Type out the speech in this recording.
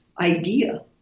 idea